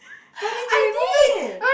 why didn't you remove it